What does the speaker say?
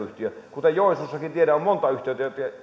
jakeluyhtiö joensuussakin tiedän on monta yhtiötä